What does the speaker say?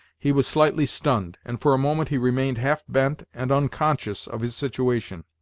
he was slightly stunned, and for a moment he remained half bent and unconscious of his situation.